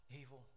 evil